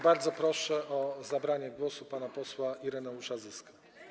Bardzo proszę o zabranie głosu pana posła Ireneusza Zyskę.